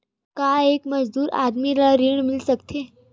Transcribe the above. का एक मजदूर आदमी ल ऋण मिल सकथे?